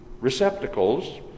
receptacles